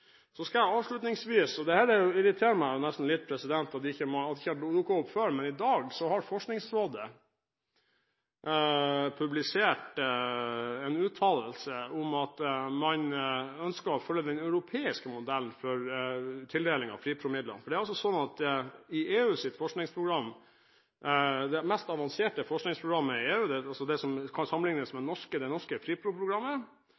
Så vil jeg avslutningsvis si – det irriterer meg nesten litt at det ikke har dukket opp før – at i dag har Forskningsrådet publisert en uttalelse om at man ønsker å følge den europeiske modellen for tildeling av FRIPRO-midlene. Det er sånn at i EUs forskningsprogram, det mest avanserte forskningsprogrammet i EU, som kan sammenlignes med